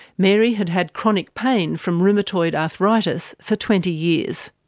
mary had had chronic pain from rheumatoid arthritis for twenty years.